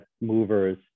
movers